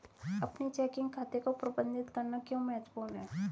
अपने चेकिंग खाते को प्रबंधित करना क्यों महत्वपूर्ण है?